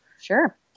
Sure